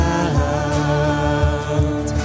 out